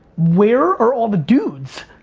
where are all the dudes?